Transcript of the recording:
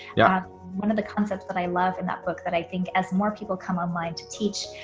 yeah one of the concepts that i love in that book that i think as more people come online to teach,